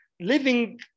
living